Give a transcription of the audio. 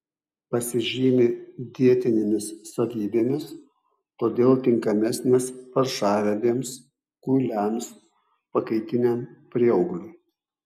pasižymi dietinėmis savybėmis todėl tinkamesnės paršavedėms kuiliams pakaitiniam prieaugliui